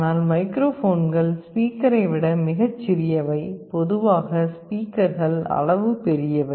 ஆனால் மைக்ரோஃபோன்கள் ஸ்பீக்கரை விட மிகச் சிறியவை பொதுவாக ஸ்பீக்கர்கள் அளவு பெரியவை